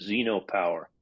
Xenopower